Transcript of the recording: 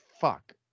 fuck